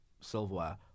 silverware